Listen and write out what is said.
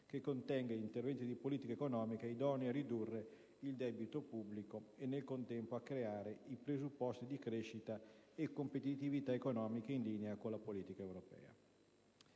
che contenga interventi di politica economica idonei a ridurre il debito pubblico e, nel contempo, a creare i presupposti di crescita e competitività economica in linea con la politica europea.